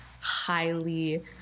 highly